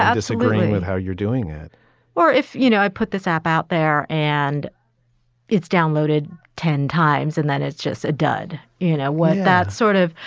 disagreeing with how you're doing it or if, you know, i put this app out there and it's downloaded ten times and then it's just a dud. you know what? that sort of.